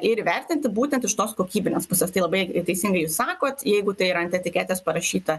ir įvertinti būtent iš tos kokybinės pusės tai labai teisingai jūs sakot jeigu tai yra ant etiketės parašyta